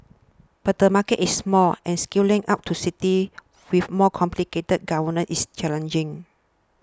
but the market is small and scaling out to cities with more complicated governor is challenging